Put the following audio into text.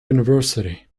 university